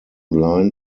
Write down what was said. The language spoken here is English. line